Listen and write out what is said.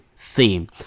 Theme